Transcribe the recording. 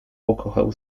pokochał